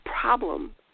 problem